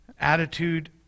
Attitude